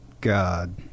God